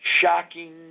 shocking